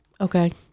Okay